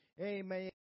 Amen